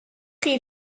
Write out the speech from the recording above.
chi